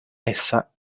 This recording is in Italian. essa